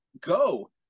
go